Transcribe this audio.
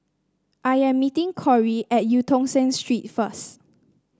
I am meeting Corie at Eu Tong Sen Street first